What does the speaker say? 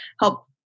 help